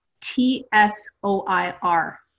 t-s-o-i-r